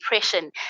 depression